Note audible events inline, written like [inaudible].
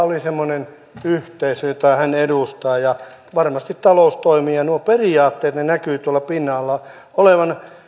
[unintelligible] oli semmoinen yhteisö jota hän edustaa ja varmasti talous toimii ja nuo periaatteet näkyvät tuolla pinnan alla olevan